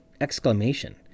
exclamation